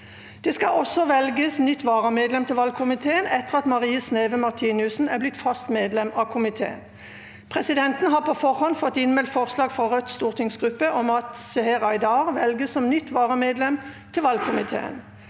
Det skal også velges nytt varamedlem til valgkomiteen etter at Marie Sneve Martinussen er blitt fast med lem av komiteen. Presidenten har på forhånd fått innmeldt forslag fra Rødts stortingsgruppe om at Seher Aydar velges som nytt varamedlem til valgkomiteen.